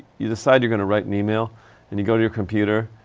you decide you're gonna write an yeah e-mail and you go to your computer,